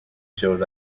shows